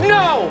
no